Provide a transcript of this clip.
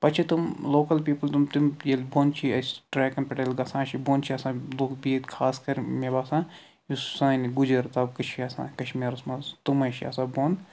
پَتہٕ چھِ تِم لوکَل پیٖپٕل تِم تِم ییٚلہِ بوٚن چھِ اَسہِ ٹرٛیکَن پٮ۪ٹھ ییٚلہِ گَژھان چھِ بوٚن چھِ آسان لُکھ بِہِتھ خاص کر مےٚ باسان یُس سانہِ گُجَر طبقہٕ چھُ آسان کشمیٖرَس مَنٛز تِمَے چھِ آسان بوٚن